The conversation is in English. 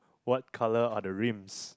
what colour are the rims